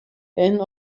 anne